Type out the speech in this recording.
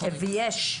וכבר יש.